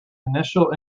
initial